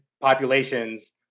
populations